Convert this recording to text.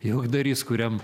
juokdarys kuriam